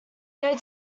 they